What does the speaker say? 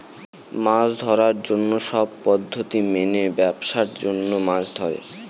মাছ ধরার জন্য সব পদ্ধতি মেনে ব্যাবসার জন্য মাছ ধরে